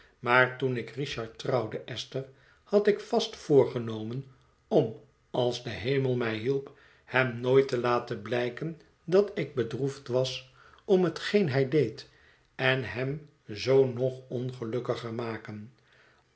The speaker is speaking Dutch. maar toen ik richard trouwde esther had ik vast voorgenomen om als de hemel mij hielp hem nooit te laten blijken dat ik bedroefd was om hetgeen hij deed en hem zoo nog ongelukkiger maken